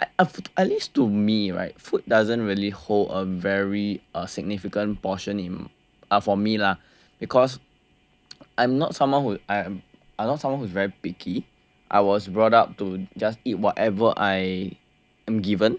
I have at least to me right food doesn't really hold a very significant portion uh for me lah because I'm not someone who am I not someone who is very picky I was brought up to just eat whatever I am given